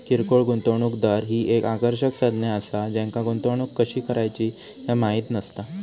किरकोळ गुंतवणूकदार ही एक आकर्षक संज्ञा असा ज्यांका गुंतवणूक कशी करायची ह्या माहित नसता